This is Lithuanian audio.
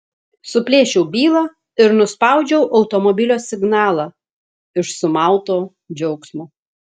suplėšiau bylą ir nuspaudžiau automobilio signalą iš sumauto džiaugsmo